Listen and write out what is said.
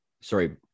sorry